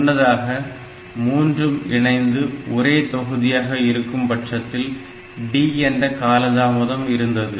முன்னதாக மூன்றும் இணைந்து ஒரே தொகுதியாக இருக்கும்பட்சத்தில் D என்ற காலதாமதம் இருந்தது